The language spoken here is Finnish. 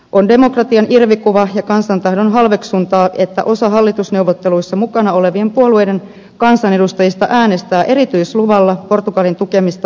on demokratian irvikuva ja kansan tahdon halveksuntaa että osa hallitusneuvotteluissa mukana olevien puolueiden kansanedustajista äänestää erityisluvalla portugalin tukemista vastaan huomenna